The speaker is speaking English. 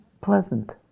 pleasant